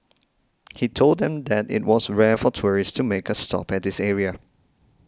he told them that it was rare for tourists to make a stop at this area